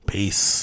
Peace